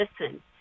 listen